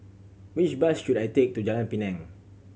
which bus should I take to Jalan Pinang